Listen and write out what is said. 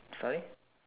sorry